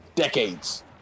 Decades